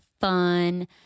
fun